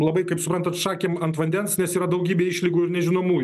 labai kaip suprantat šakėm ant vandens nes yra daugybė išlygų ir nežinomųjų